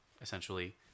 essentially